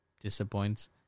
disappoints